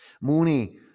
Mooney